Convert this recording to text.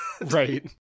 Right